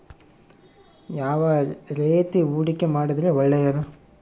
ಯಾವ ರೇತಿ ಹೂಡಿಕೆ ಮಾಡಿದ್ರೆ ಒಳ್ಳೆಯದು?